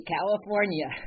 California